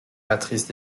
matrices